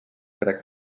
crec